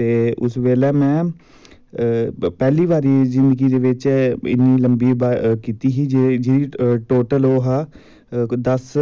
ते उस बेल्लै में पैह्ली बारी जिन्दगी दे बिच्च इन्नी लम्बी कीती ही जिह्दा टोटल हा कोई दस